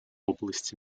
области